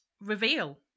reveal